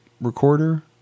recorder